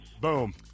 Boom